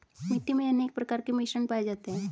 मिट्टी मे अनेक प्रकार के मिश्रण पाये जाते है